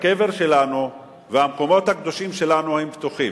הקבר שלנו והמקומות הקדושים שלנו הם פתוחים.